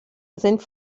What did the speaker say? sind